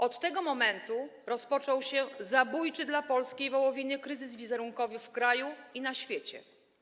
Od tego momentu rozpoczął się zabójczy dla polskiej wołowiny kryzys wizerunkowy w kraju i na świecie.